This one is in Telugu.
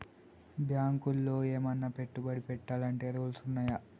బ్యాంకులో ఏమన్నా పెట్టుబడి పెట్టాలంటే రూల్స్ ఉన్నయా?